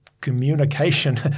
communication